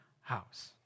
house